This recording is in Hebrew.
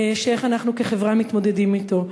איך אנחנו כחברה מתמודדים אתו.